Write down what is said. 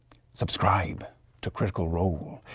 subscribe to critical role.